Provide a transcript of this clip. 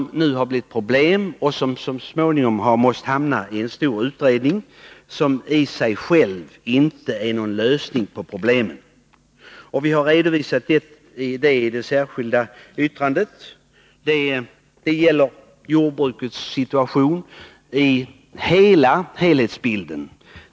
De sakerna har nu blivit problem och de har också blivit föremål för en stor utredning som i sig själv inte är någon lösning på problemen. Vi har redovisat detta i det särskilda yttrandet. Det gäller jordbrukets situation som helhet.